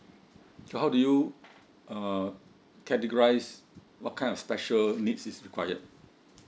so how do you uh categorise what kind of special needs is required